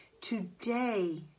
today